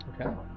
Okay